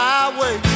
Highway